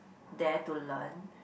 there to learn